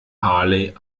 harley